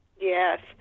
yes